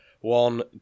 One